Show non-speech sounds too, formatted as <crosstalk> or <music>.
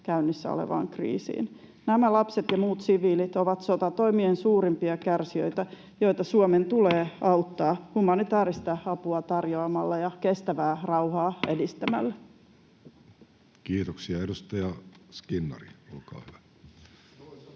käynnissä olevaan kriisiin. <noise> Nämä lapset ja muut siviilit ovat sotatoimien suurimpia kärsijöitä, joita Suomen tulee <noise> auttaa humanitaarista apua tarjoamalla ja kestävää rauhaa edistämällä. Kiitoksia. — Edustaja Skinnari, olkaa hyvä.